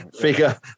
figure